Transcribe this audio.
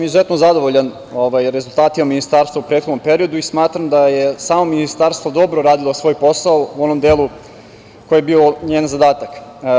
Izuzetno sam zadovoljan rezultatima Ministarstva u prethodnom periodu i smatram da je samo Ministarstvo dobro radilo svoj posao u onom delu koji je bio njen zadatak.